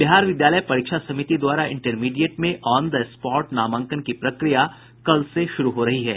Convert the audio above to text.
बिहार विद्यालय परीक्षा समिति द्वारा इंटरमीडिएट में ऑन द स्पॉट नामांकन की प्रक्रिया कल से शुरू हो रही है